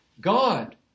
God